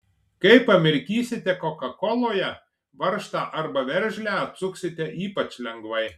kai pamirkysite kokakoloje varžtą arba veržlę atsuksite ypač lengvai